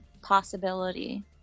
possibility